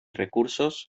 recursos